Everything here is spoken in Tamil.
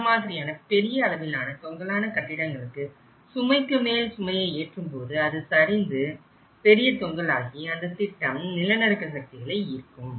இந்த மாதிரியான பெரிய அளவிலான தொங்கலான கட்டிடங்களுக்கு சுமைக்கு மேல் சுமையை ஏற்றும்போது அது சரிந்து பெரிய தொங்கலாகி அந்த திட்டம் நிலநடுக்க சக்திகளை ஈர்க்கும்